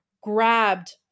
grabbed